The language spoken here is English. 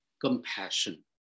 compassion